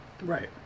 Right